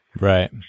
right